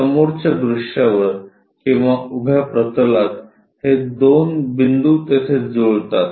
तर समोरच्या दृश्यावर किंवा उभ्या प्रतलात हे दोन बिंदू तेथे जुळतात